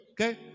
Okay